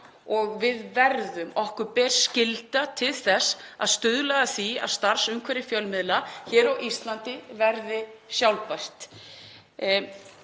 um heim allan. Okkur ber skylda til þess að stuðla að því að starfsumhverfi fjölmiðla hér á Íslandi verði sjálfbært.